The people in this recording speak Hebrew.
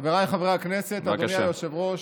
חבריי חברי הכנסת, אדוני היושב-ראש,